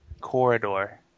Corridor